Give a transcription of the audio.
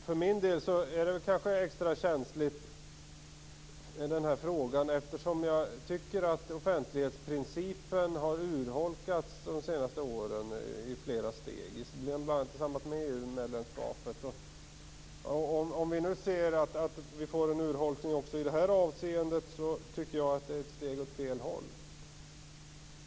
Herr taman! För min del är den här frågan kanske extra känslig, eftersom jag tycker att offentlighetsprincipen har urholkats under de senaste åren i flera steg, bl.a. i samband med EU-medlemskapet. Om vi nu får en urholkning också i det här avseendet tycker jag att det är ett steg åt fel håll.